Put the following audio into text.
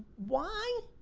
why,